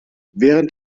während